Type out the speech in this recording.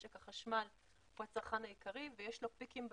משק החשמל הוא הצרכן העיקרי ויש לו פיקים בצריכות,